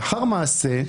לאחר מעשה",